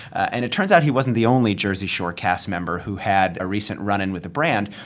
and it turns out he wasn't the only jersey shore cast member who had a recent run-in with a brand.